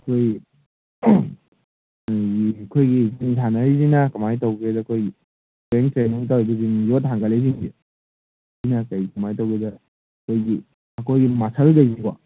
ꯑꯩꯈꯣꯏ ꯑꯩꯈꯣꯏꯒꯤ ꯖꯤꯝ ꯁꯥꯟꯅꯔꯤꯖꯤꯅ ꯀꯃꯥꯏ ꯇꯧꯒꯦꯗ ꯑꯩꯈꯣꯏ ꯖꯤꯝ ꯌꯣꯠ ꯊꯥꯡꯒꯠꯂꯤꯁꯤꯡꯁꯦ ꯁꯤꯅ ꯀꯩ ꯀꯃꯥꯏ ꯇꯧꯒꯦꯗ ꯑꯩꯈꯣꯏꯒꯤ ꯑꯩꯈꯣꯏꯒꯤ ꯃꯁꯜꯒꯩꯖꯦꯀꯣ